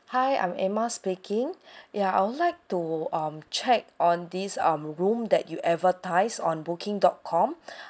hi I'm emma speaking yeah I would like to um check on this um room that you advertise on booking dot com